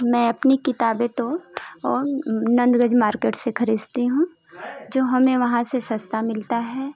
मैं अपनी किताबें तो नंदवेज मार्केट से खरीदती हूँ जो हमें वहाँ से सस्ता मिलता है